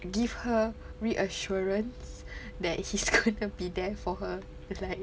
give her reassurance that he's gonna be there for her like